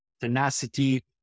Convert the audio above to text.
tenacity